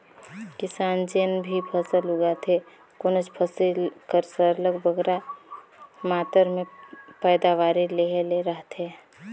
किसान जेन भी फसल उगाथे कोनोच फसिल कर सरलग बगरा मातरा में पएदावारी लेहे ले रहथे